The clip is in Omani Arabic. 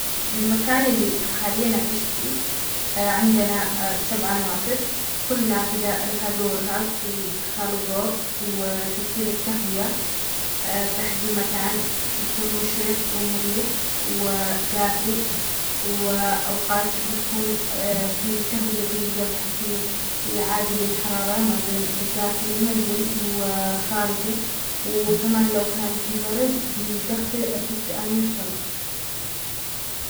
بالمكان اللي حالياً أعيش فيه عندنا سبع نوافذ كل نافذة لها دورها في إدخال الضوء وتوفير التهوية، أ-بحب المكان بيكون مشرق ومريح ودافى وأوقات بيكون في تهوية جيدة بحيث أنو يعادل الحرارة ما بين داخل المنزل وخارجه وكمان لو كان في برد بيدخل التدفئة من الشمس.